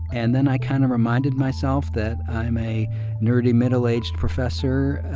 and then i kind of reminded myself that i'm a nerdy, middle-aged professor,